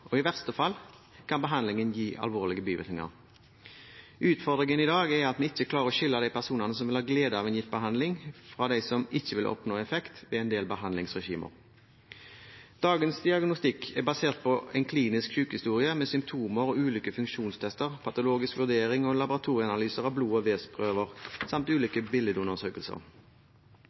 og i verste fall kan behandlingen gi alvorlige bivirkninger. Utfordringen i dag er at vi ikke klarer å skille de personene som vil ha glede av en gitt behandling, fra dem som ikke vil oppnå effekt, ved en del bahandlingsregimer. Dagens diagnostikk er basert på en klinisk sykehistorie med symptomer og ulike funksjonstester, patologisk vurdering og laboratorieanalyser av blod- og vevsprøver samt